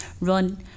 Run